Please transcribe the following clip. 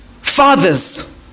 fathers